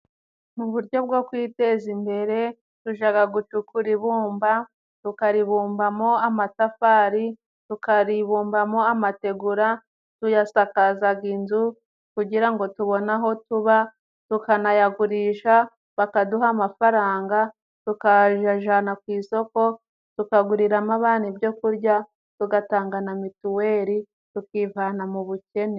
Mu buryo bwo kwiteza imbere tujaga gucukura ibumba tukaribumbamo amatafari, tukaribumbamo amategura tuyasakazaga inzu kugira ngo tubone aho tuba tukanayagurisha bakaduha amafaranga tukayajana ku isoko, tukaguriramo abana ibyo kurya tugatanga na mituweri tukivana mu bukene.